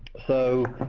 so,